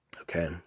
Okay